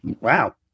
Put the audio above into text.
Wow